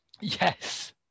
Yes